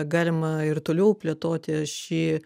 galima ir toliau plėtoti šį